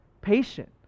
patient